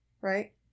Right